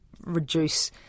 reduce